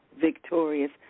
victorious